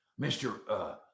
Mr